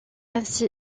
ainsi